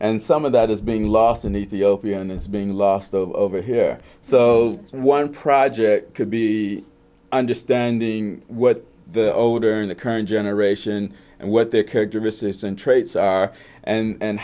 and some of that is being lost in ethiopian is being lost over here so one project could be understanding what the older in the current generation and what their characteristics and traits are and